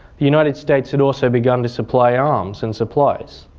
the united states had also begun to supply arms and supplies.